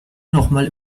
nochmal